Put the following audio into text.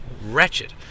wretched